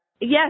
Yes